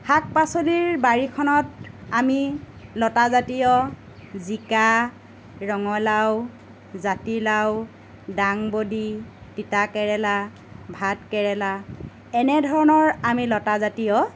শাক পাচলিৰ বাৰীখনত আমি লতাজাতীয় জিকা ৰঙালাও জাতিলাও দাংবডি তিতাকেৰেলা ভাতকেৰেলা এনেধৰণৰ আমি লতাজাতীয়